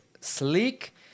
sleek